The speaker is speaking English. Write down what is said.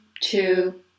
two